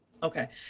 okay.